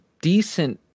decent